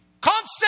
Constant